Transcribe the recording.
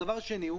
הדבר השני הוא